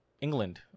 England